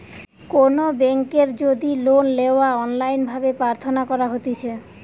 কোনো বেংকের যদি লোন লেওয়া অনলাইন ভাবে প্রার্থনা করা হতিছে